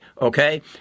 Okay